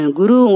guru